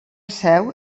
seu